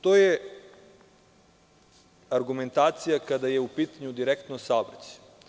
To je argumentacija kada je u pitanju direktno saobraćaj.